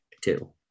Two